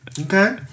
Okay